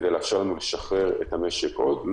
כדי לאפשר לנו לשחרר את המשק עוד?